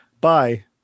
Bye